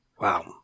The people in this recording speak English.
Wow